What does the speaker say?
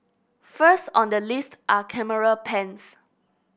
first on the list are camera pens